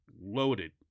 loaded